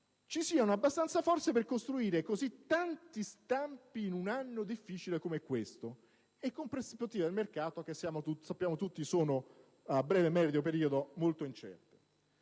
e i modelli che hanno, per costruire così tanti stampi in un anno difficile come questo e con prospettive di mercato che sappiamo tutti essere, a breve e medio periodo, molto incerte.